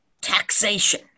taxation